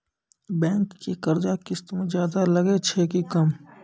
Bank के कर्जा किस्त मे ज्यादा लागै छै कि कम?